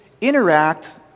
interact